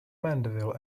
mandeville